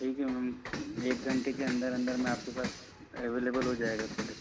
ठीक है मम एक घंटे के अंदर अंदर मैं आपके पास अवेलेबल हो जाएगा प्रोडक्ट